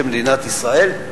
של מדינת ישראל: